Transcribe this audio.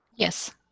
yes.